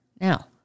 Now